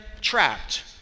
trapped